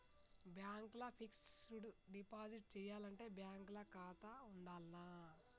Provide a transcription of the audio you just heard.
Bank ల fixed deposit చేయాలంటే bank ల ఖాతా ఉండాల్నా?